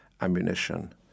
ammunition